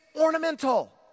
ornamental